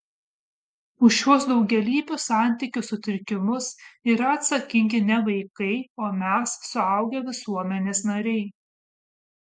už šiuos daugialypius santykių sutrikimus yra atsakingi ne vaikai o mes suaugę visuomenės nariai